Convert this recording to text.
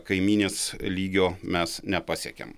kaimynės lygio mes nepasiekėm